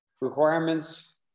requirements